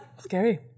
Scary